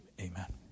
Amen